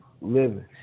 living